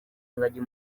ingagi